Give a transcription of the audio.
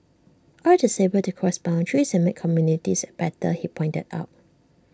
art is able to cross boundaries and make communities better he pointed out